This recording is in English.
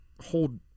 hold